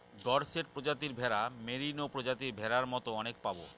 Dorset প্রজাতির ভেড়া, Merino প্রজাতির ভেড়ার মতো অনেক পাবো